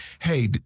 hey